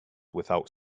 without